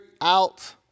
out